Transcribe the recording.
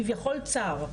כביכול צר,